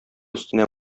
өстенә